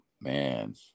man